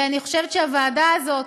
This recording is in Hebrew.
אני חושבת שהוועדה הזאת,